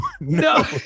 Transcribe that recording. No